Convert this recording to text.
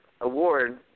award